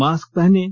mask पहनें